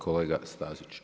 Kolega Stazić.